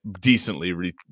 decently